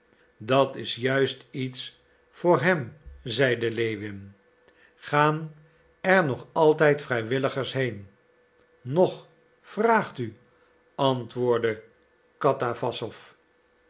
dat is juist iets voor hem zeide lewin gaan er nog altijd vrijwilligers heen nog vraagt u antwoordde